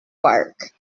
work